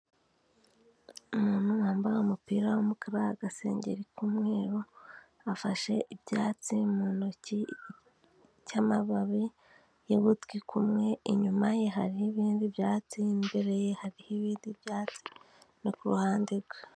Umuntu wambaye umupira w'umukara, agasengeri k'umweru, afashe ibyatsi mu ntoki by'amababi y'ugutwi kumwe, inyuma ye hariho ibindi byatsi n'imbere ye hariho ibindi byatsi no ku ruhande rwe.